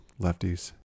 lefties